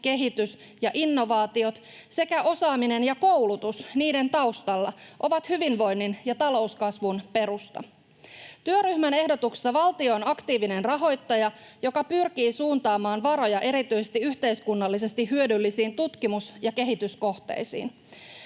kehitys ja innovaatiot sekä osaaminen ja koulutus niiden taustalla ovat hyvinvoinnin ja talouskasvun perusta. Työryhmän ehdotuksessa valtio on aktiivinen rahoittaja, joka pyrkii suuntaamaan varoja erityisesti yhteiskunnallisesti hyödyllisiin tutkimus‑ ja kehityskohteisiin.